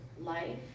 life